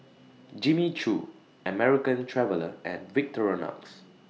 Jimmy Choo American Traveller and Victorinox